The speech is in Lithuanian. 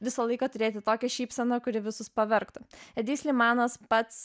visą laiką turėti tokią šypseną kuri visus pavergtų edi slimanas pats